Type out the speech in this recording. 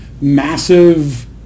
massive